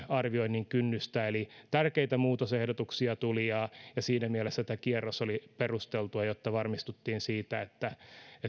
arvioinnin kynnystä eli tärkeitä muutosehdotuksia tuli ja ja siinä mielessä tämä kierros oli perusteltu jotta varmistuttiin siitä että